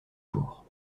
jour